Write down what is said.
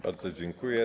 Bardzo dziękuję.